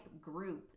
group